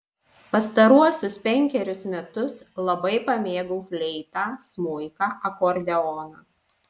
pastaruosius penkerius metus labai pamėgau fleitą smuiką akordeoną